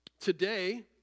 Today